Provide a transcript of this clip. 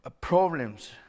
problems